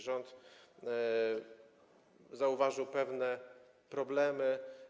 Rząd zauważył pewne problemy.